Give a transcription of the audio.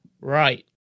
Right